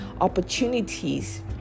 opportunities